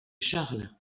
charles